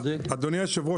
אדוני היו"ר,